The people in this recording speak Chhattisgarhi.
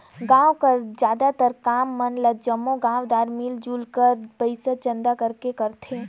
गाँव कर जादातर काम मन ल जम्मो गाँवदार मिलजुल कर पइसा चंदा करके करथे